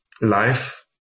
life